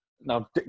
now